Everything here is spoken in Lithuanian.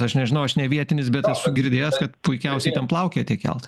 aš nežinau aš ne vietinis bet esu girdėjęs kad puikiausiai ten plaukioja tie keltai